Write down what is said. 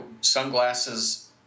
sunglasses